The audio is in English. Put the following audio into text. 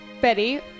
Betty